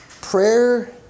prayer